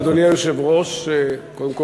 אדוני היושב-ראש, קודם כול,